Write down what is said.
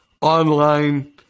online